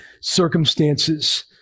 circumstances